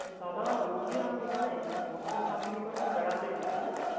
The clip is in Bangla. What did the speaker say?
দাদা বলছি আমি এখানে বোলপুর শান্তিনিকেতনে বেড়াতে এসেছি হ্যাঁ